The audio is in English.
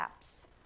apps